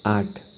आठ